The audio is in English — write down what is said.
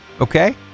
okay